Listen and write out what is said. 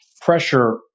pressure